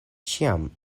ĉiam